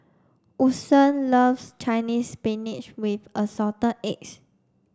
Woodson loves Chinese spinach with assorted eggs